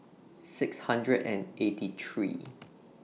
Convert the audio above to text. six hundred and eighty three